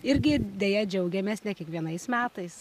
irgi deja džiaugiamės ne kiekvienais metais